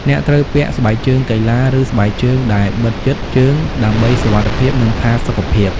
អ្នកត្រូវពាក់ស្បែកជើងកីឡា ឬស្បែកជើងដែលបិទជិតជើងដើម្បីសុវត្ថិភាព និងផាសុកភាព។